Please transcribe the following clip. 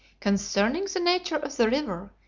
concerning the nature of the river,